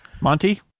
Monty